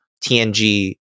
TNG